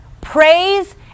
praise